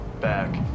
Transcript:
back